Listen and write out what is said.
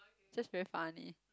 just very funny